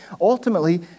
ultimately